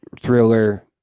thriller